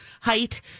height